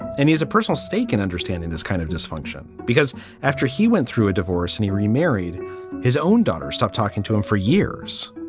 and he's a personal stake in understanding this kind of dysfunction, because after he went through a divorce, and he remarried his own daughter, stopped talking to him for years